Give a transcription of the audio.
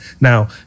Now